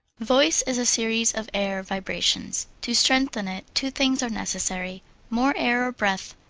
voice is a series of air vibrations. to strengthen it two things are necessary more air or breath,